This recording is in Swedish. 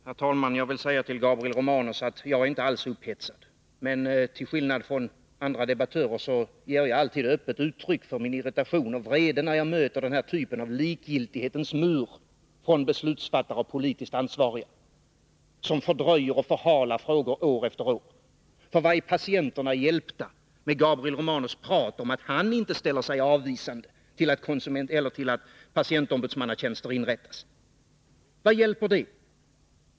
Herr talman! Jag vill säga till Gabriel Romanus att jag inte alls är upphetsad. Men till skillnad från andra debattörer ger jag alltid öppet uttryck för min irritation och vrede när jag möter den här typen av likgiltighetens mur från beslutsfattare och politiskt ansvariga, som fördröjer och förhalar frågor år efter år. Vadär patienterna hjälpta av Gabriel Romanus prat om att han inte ställer sig avvisande till att patientombudsmannatjänster inrättas? Vad hjälper det?